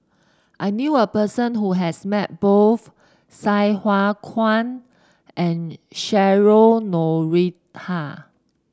I knew a person who has met both Sai Hua Kuan and Cheryl Noronha